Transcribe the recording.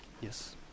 Yes